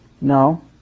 no